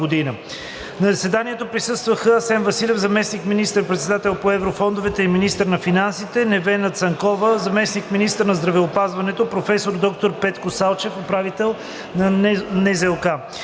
На заседанието присъстваха: Асен Василев – заместник министър-председател по еврофондовете и министър на финансите; Невена Цанкова – заместник-министър на здравеопазването; професор доктор Петко Салчев – управител на НЗОК.